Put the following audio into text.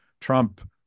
Trump